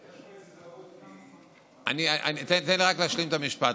יש פה איזו טעות, כי, תן לי רק להשלים את המשפט.